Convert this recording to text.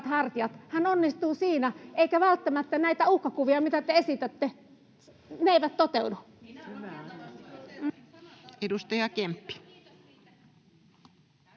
hän onnistuu siinä, eivätkä välttämättä nämä uhkakuvat, mitä te esitätte, toteudu. [Suna